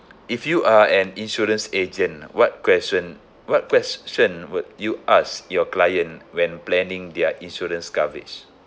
if you are an insurance agent what question what question would you ask your client when planning their insurance coverage